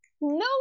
No